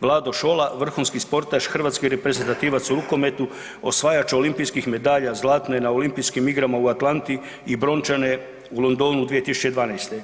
Vlado Šola, vrhunski sportaš, hrvatski reprezentativan u rukometu, osvajač olimpijskih medalja, zlatne na Olimpijskim igrama u Atlanti i brončane u Londonu 2012.;